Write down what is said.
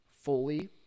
fully